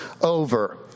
over